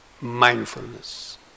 Mindfulness